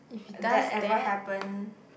that ever happen